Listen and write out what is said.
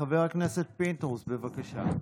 חבר הכנסת פינדרוס, בבקשה.